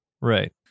Right